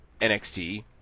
NXT